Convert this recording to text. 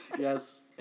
Yes